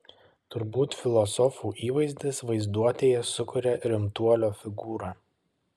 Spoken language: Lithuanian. turbūt filosofų įvaizdis vaizduotėje sukuria rimtuolio figūrą